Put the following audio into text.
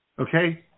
Okay